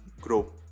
grow